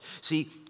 See